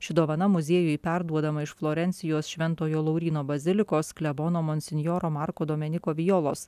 ši dovana muziejui perduodama iš florencijos šventojo lauryno bazilikos klebono monsinjoro marko dominyko violos